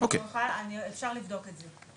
אפשר לבדוק את זה.